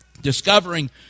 Discovering